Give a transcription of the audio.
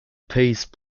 pace